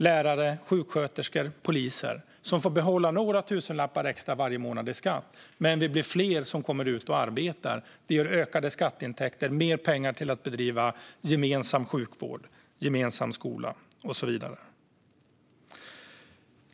Lärare, sjuksköterskor och poliser får behålla några tusenlappar mer varje månad, men vi blir fler som kommer ut i arbete, vilket ger ökade skatteintäkter och mer pengar till att bedriva gemensam sjukvård, gemensam skola och så vidare.